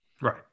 right